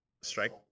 Strike